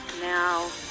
Now